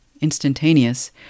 Instantaneous